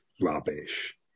rubbish